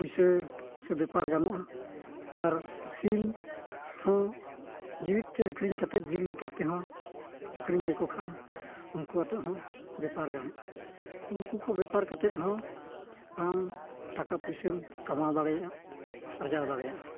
ᱯᱩᱭᱥᱟᱹ ᱥᱮ ᱵᱮᱯᱟᱨ ᱜᱟᱱᱚᱜᱼᱟ ᱟᱨ ᱥᱤᱢ ᱦᱚᱸ ᱡᱮᱣᱮᱫ ᱛᱮ ᱟᱹᱠᱷᱨᱤᱧ ᱠᱟᱛᱮᱫ ᱡᱤᱞ ᱞᱮᱠᱟ ᱛᱮᱦᱚᱸ ᱟᱹᱠᱷᱨᱤᱧ ᱞᱮᱠᱚ ᱠᱷᱟᱱ ᱩᱱᱠᱩ ᱟᱛᱮᱫ ᱦᱚᱸ ᱵᱮᱯᱟᱨ ᱜᱟᱱᱚᱜᱼᱟ ᱩᱱᱠᱩ ᱠᱚ ᱵᱮᱯᱟᱨ ᱠᱟᱛᱮᱫ ᱦᱚᱸ ᱟᱢ ᱴᱟᱠᱟ ᱯᱩᱭᱥᱟᱹᱢ ᱠᱟᱢᱟᱣ ᱫᱟᱲᱮᱭᱟᱜᱼᱟ ᱟᱨᱡᱟᱣ ᱫᱟᱲᱮᱭᱟᱜᱼᱟ